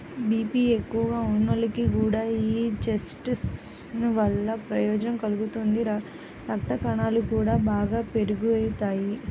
BP ఎక్కువగా ఉన్నోళ్లకి కూడా యీ చెస్ట్నట్స్ వల్ల ప్రయోజనం కలుగుతుంది, రక్తకణాలు గూడా బాగా పెరుగుతియ్యి